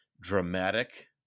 dramatic